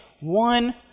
One